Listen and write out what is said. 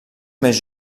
més